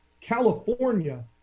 California